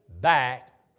back